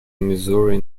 missouri